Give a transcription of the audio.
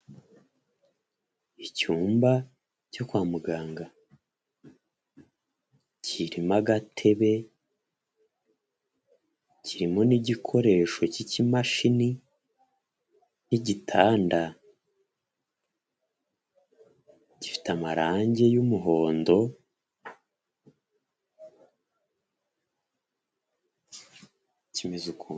Icyumba cyo kwa muganga kirimo agatebe, kirimo n'igikoresho cy'ikimashini, n'igitanda, gifite amarange y'umuhondo kimeze ukuntu.